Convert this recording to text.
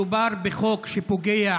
מדובר בחוק שפוגע